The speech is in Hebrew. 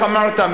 איך אמרת?